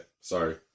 sorry